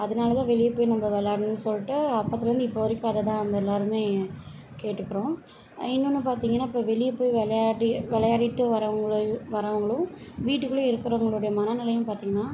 அதனாலதான் வெளியே போய் நம்ம விளாட்ணுன்னு சொல்ட்டு அப்போத்துலேருந்து இப்போ வரைக்கும் அதைதான் நம்ம எல்லாேருமே கேட்டுக்கிறோம் இன்னொன்று பார்த்தீங்கன்னா இப்போ வெளியே போய் விளையாடி விளையாடிட்டு வர்றவங்களு வர்றவங்களும் வீட்டுக்குள்ளே இருக்கிறவங்களுடைய மனநிலையும் பார்த்தீங்கன்னா